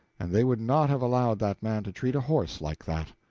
and they would not have allowed that man to treat a horse like that.